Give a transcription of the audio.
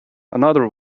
another